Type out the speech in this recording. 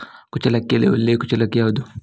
ಕುಚ್ಚಲಕ್ಕಿಯಲ್ಲಿ ಒಳ್ಳೆ ಕುಚ್ಚಲಕ್ಕಿ ಯಾವುದು?